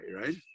right